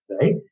right